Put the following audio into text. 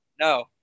no